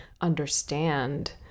understand